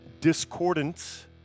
Discordance